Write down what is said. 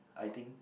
I think